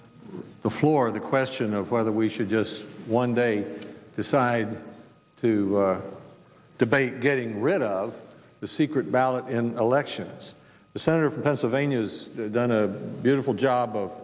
the floor the question of whether we should just one day decide to debate getting rid of the secret ballot in elections the senator from pennsylvania has done a beautiful job of